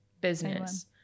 business